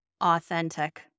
authentic